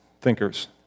thinkers